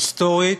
היסטורית,